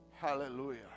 Hallelujah